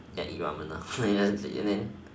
just eat ramen lor and then and then